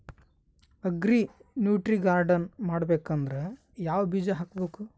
Agri nutri garden ಮಾಡಬೇಕಂದ್ರ ಯಾವ ಬೀಜ ಹಾಕಬೇಕು?